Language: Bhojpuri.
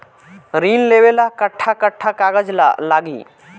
ऋण लेवेला कट्ठा कट्ठा कागज लागी?